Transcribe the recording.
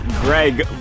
Greg